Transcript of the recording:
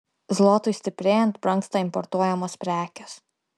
zlotui stiprėjant brangsta importuojamos prekės